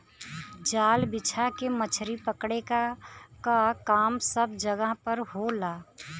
जाल बिछा के मछरी पकड़े क काम सब जगह पर होला